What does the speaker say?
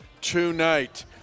tonight